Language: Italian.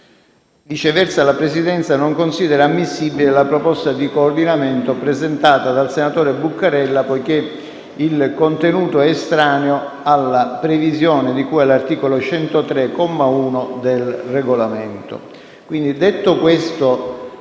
Viceversa la Presidenza non considera ammissibile la proposta di coordinamento presentata dai senatori Cappelletti e Buccarella, poiché il contenuto è estraneo alla previsione di cui all'articolo 103, comma 1, del Regolamento.